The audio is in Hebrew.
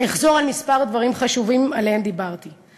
אחזור על כמה דברים חשובים שדיברתי עליהם.